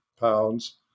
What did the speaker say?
pounds